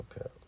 Okay